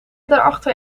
daarachter